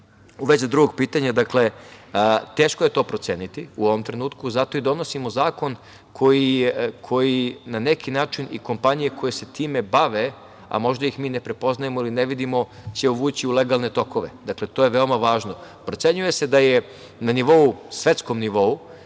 vezi drugog pitanja, teško je to proceniti u ovom trenutku. Zato i donosimo zakon koji na neki način i kompanije koje se time bave, a možda ih mi ne prepoznajemo ili ne vidimo će ući u legalne tokove. Dakle, to je veoma važno. Procenjuje se da je na svetskom nivou